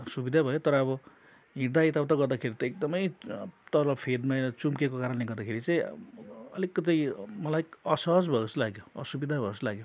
सुविधै भयो तर अब हिँड्दा एता उता गर्दाखेरि त एकदमै तल फेदमा चुम्केको कारणले गर्दाखेरि चाहिँ अलिकति मलाई असहज भए जस्तो लाग्यो असुविधा भए जस्तो लाग्यो